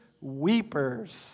weepers